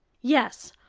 yes.